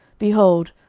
behold,